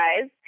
guys